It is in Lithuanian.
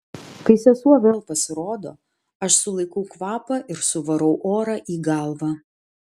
kai sesuo vėl pasirodo aš sulaikau kvapą ir suvarau orą į galvą